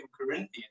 Corinthians